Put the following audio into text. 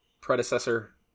predecessor